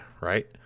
right